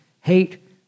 hate